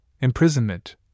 imprisonment